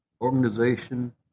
organization